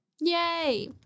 yay